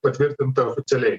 patvirtinta oficialiai